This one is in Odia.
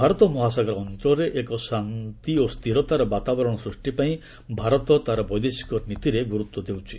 ଭାରତ ମହାସାଗର ଅଞ୍ଚଳରେ ଏକ ଶାନ୍ତି ଓ ସ୍ଥିରତାର ବାତାବରଣ ସୃଷ୍ଟି ପାଇଁ ଭାରତ ତା'ର ବୈଦେଶିକ ନୀତିରେ ଗୁରୁତ୍ୱ ଦେଉଛି